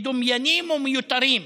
מדומיינים ומיותרים.